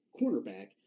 cornerback